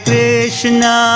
Krishna